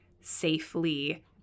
safely